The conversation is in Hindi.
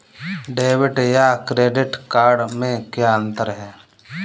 डेबिट या क्रेडिट कार्ड में क्या अन्तर है?